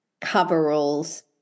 coveralls